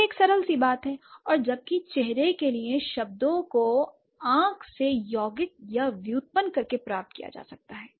यह एक सरल सी बात है और जबकि चेहरे के लिए शब्दों को आँख से यौगिक या व्युत्पन्न करके प्राप्त किया जा सकता है